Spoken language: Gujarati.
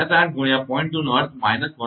2 નો અર્થ −1